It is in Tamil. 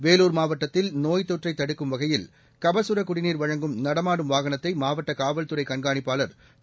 வேலூர் மாவட்டத்தில் நோய்த் தொற்றை தடுக்கும் வகையில் கபகர குடிநீர் வழங்கும் நடமாடும் வாகனத்தை மாவட்ட காவல்துறை கண்காணிப்பாளர் திரு